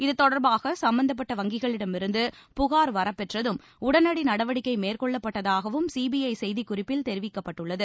இது தொடர்பாக சம்பந்தப்பட்ட வங்கிகளிடமிருந்து புகார் வரப்பெற்றதும் உடனடி நடவடிக்கை மேற்கொள்ளப்பட்டதாகவும் சிபிஐ செய்திக்குறிப்பில் தெரிவிக்கப்பட்டுள்ளது